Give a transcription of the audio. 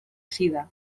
sida